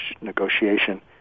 negotiation